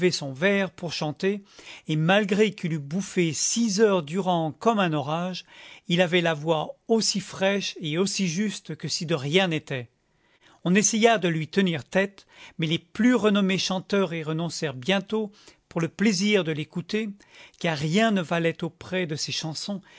son verre pour chanter et malgré qu'il eût bouffé six heures durant comme un orage il avait la voix aussi fraîche et aussi juste que si de rien n'était on essaya de lui tenir tête mais les plus renommés chanteurs y renoncèrent bientôt pour le plaisir de l'écouter car rien ne valait auprès de ses chansons